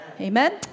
Amen